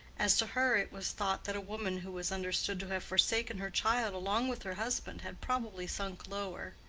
as to her, it was thought that a woman who was understood to have forsaken her child along with her husband had probably sunk lower.